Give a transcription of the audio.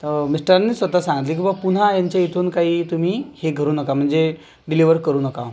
तर मिस्टरांनी स्वतः सांगितलं की बुवा पुन्हा यांच्या इथून काही तुम्ही हे घरु नका म्हणजे डिलिव्हर करू नका